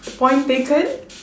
point taken